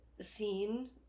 scene